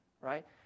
right